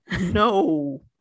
no